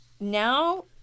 Now